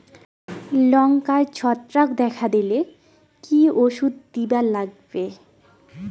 লঙ্কায় ছত্রাক দেখা দিলে কি ওষুধ দিবার লাগবে?